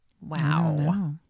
Wow